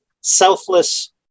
selfless